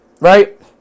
Right